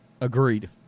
Agreed